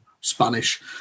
Spanish